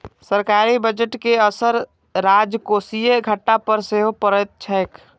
सरकारी बजट के असर राजकोषीय घाटा पर सेहो पड़ैत छैक